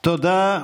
תודה.